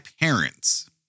parents